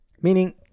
Meaning